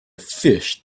fish